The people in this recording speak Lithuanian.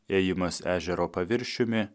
ėjimas ežero paviršiumi